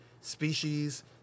species